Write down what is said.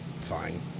fine